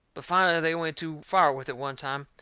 but finally they went too far with it one time.